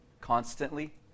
constantly